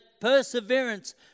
perseverance